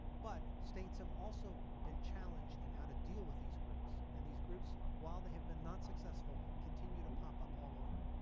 but states have also been challenged in and how to deal with these groups and these groups while they have been not successful continue to pop up all over.